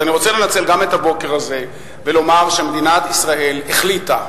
אז אני רוצה לנצל את הבוקר הזה ולומר שמדינת ישראל החליטה,